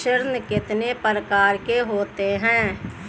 ऋण कितने प्रकार के होते हैं?